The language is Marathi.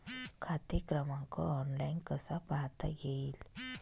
खाते क्रमांक ऑनलाइन कसा पाहता येईल?